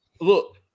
look